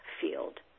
field